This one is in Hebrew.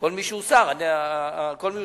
מכל מי שהוא שר בממשלה, כל מי